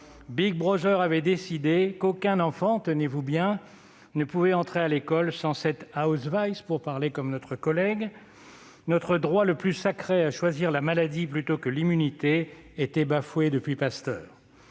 population. avait décidé qu'aucun enfant- tenez-vous bien ! -ne pouvait entrer à l'école sans cet, pour parler comme M. Ravier. Notre droit le plus sacré à choisir la maladie plutôt que l'immunité était bafoué depuis Pasteur.